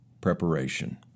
preparation